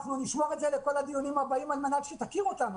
אנחנו נשמור את זה לכל הדיונים הבאים על מנת שתכיר אותנו,